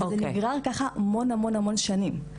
וזה היה ככה המון המון שנים.